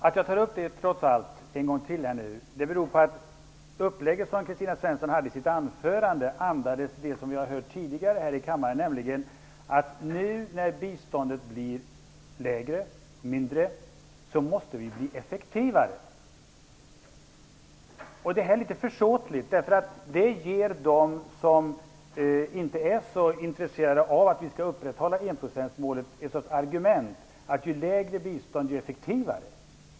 Att jag, trots allt, tar upp detta en gång till beror på att det upplägg Kristina Svensson hade i sitt anförande andades det vi har hört tidigare i kammaren, nämligen att nu när biståndet blir lägre måste vi bli effektivare. Detta är litet försåtligt. Det ger dem som inte är så intresserade av att vi skall upprätthålla enprocentsmålet argumentet ju lägre bistånd, desto effektivare.